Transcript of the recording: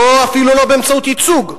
אפילו לא באמצעות ייצוג,